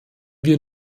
wir